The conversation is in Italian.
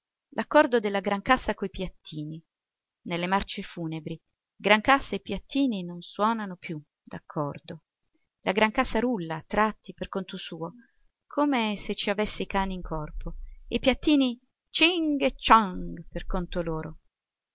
l'accordo della grancassa coi piattini nelle marce funebri grancassa e piattini non suonano più d'accordo la grancassa rulla a tratti per conto suo come se ci avesse i cani in corpo e i piattini cing e ciang per conto loro